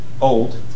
old